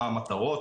מה המטרות,